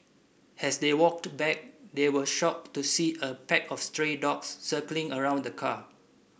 as they walked back they were shocked to see a pack of stray dogs circling around the car